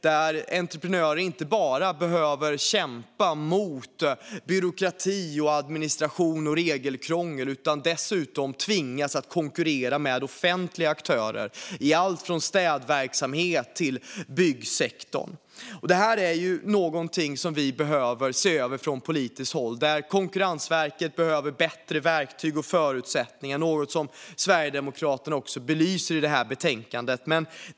Entreprenörer behöver inte bara kämpa mot byråkrati, administration och regelkrångel utan tvingas dessutom konkurrera med offentliga aktörer i allt från städverksamhet till byggsektor. Detta behöver ses över från politiskt håll. Konkurrensverket behöver bättre verktyg och förutsättningar, vilket Sverigedemokraterna också belyser i betänkandet.